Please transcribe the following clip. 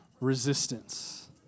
Resistance